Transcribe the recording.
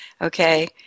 Okay